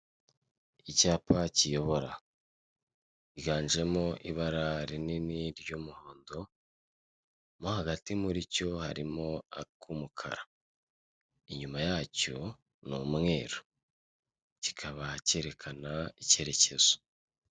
Icyapa kiri mu amabara y'umweru handitseho amagambo atandukanye ari mu ibara ry'icyatsi ndetse n'andi y'ama mabara y'umuhondo, n'andi arimo ibara ry'ubururu ndetse n'indi mibabara y'umutuku.